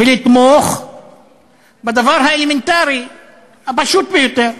ולתמוך בדבר האלמנטרי הפשוט ביותר.